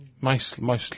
Mostly